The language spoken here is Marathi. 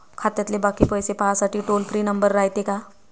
खात्यातले बाकी पैसे पाहासाठी टोल फ्री नंबर रायते का?